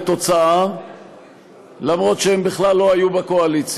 לתוצאה למרות שהם בכלל לא היו בקואליציה.